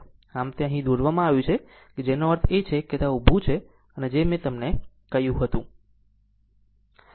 આમ તે અહીં દોરવામાં આવ્યું છે જેનો અર્થ છે કે આ તે ઉભી છે તે આ છે જે મેં કહ્યું હતું